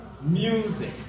Music